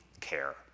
care